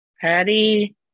Patty